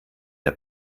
der